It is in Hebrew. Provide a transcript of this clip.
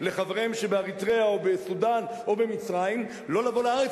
לחבריהם שבאריתריאה או בסודן או במצרים לא לבוא לארץ,